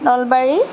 Nalbari